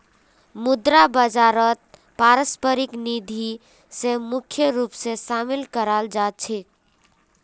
मुद्रा बाजारत पारस्परिक निधि स मुख्य रूप स शामिल कराल जा छेक